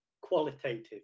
qualitative